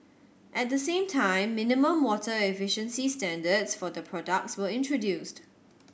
at the same time minimum water efficiency standards for the products were introduced